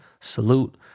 salute